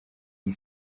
iyi